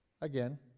Again